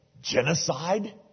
genocide